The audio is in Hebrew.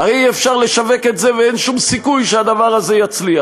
אי-אפשר לשווק את זה ואין שום סיכוי שהדבר הזה יצליח.